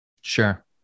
Sure